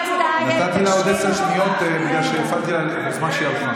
נתתי לה עוד עשר שניות בגלל שהפרעתי לה בזמן שהיא הלכה.